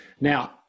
Now